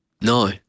No